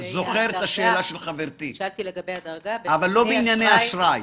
אבל לא בענייני אשראי.